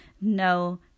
no